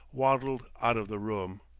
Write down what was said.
waddled out of the room.